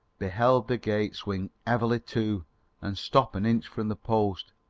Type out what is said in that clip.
beheld the gate swing heavily to and stop an inch from the post,